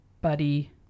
buddy